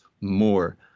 more